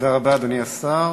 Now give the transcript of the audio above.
תודה רבה, אדוני השר.